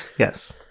Yes